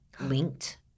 linked